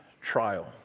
trial